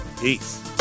Peace